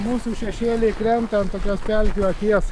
mūsų šešėliai krenta ant tokios pelkių akies